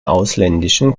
ausländischen